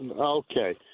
Okay